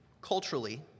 culturally